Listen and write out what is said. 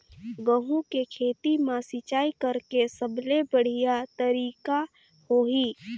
गंहू के खेती मां सिंचाई करेके सबले बढ़िया तरीका होही?